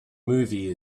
movie